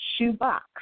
Shoebox